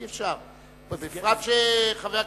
אי-אפשר, בפרט שחבר הכנסת,